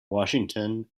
washington